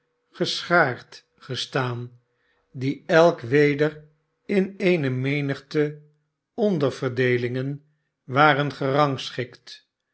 geschaard gestaan die elk weder in eene menigte onderverdeelingen waren